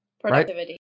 Productivity